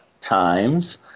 times